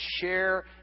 share